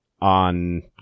on